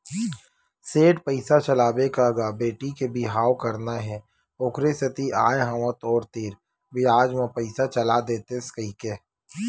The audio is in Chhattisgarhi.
सेठ पइसा चलाबे का गा बेटी के बिहाव करना हे ओखरे सेती आय हंव तोर तीर बियाज म पइसा चला देतेस कहिके